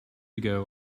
ago